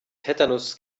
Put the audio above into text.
tetanus